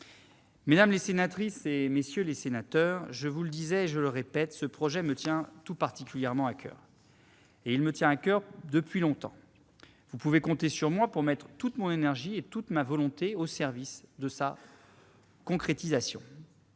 Mesdames les sénatrices, messieurs les sénateurs, je vous l'ai dit et je le répète, ce projet me tient tout particulièrement à coeur, et ce depuis longtemps ! Vous pouvez compter sur moi pour mettre toute mon énergie et toute ma volonté au service de sa concrétisation.